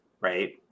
right